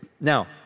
Now